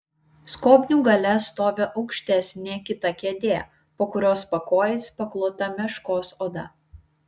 skobnių gale stovi aukštesnė kita kėdė po kurios pakojais paklota meškos oda